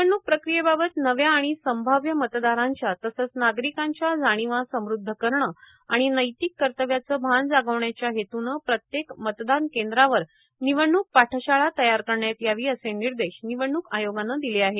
निवडणूक प्रक्रियेबाबत नव्या आणि संभाव्य मतदारांच्या तसंच नागरिकांच्या जाणिवा समुद्ध करणे आणि नैतिक कर्तव्याचे भान जागविण्याच्या हेतूने प्रत्येक मतदान केंद्रावर निवडणूक पाठशाळा तयार करण्यात यावी असे निर्देश निवडणूक आयोगाने दिले आहेत